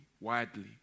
widely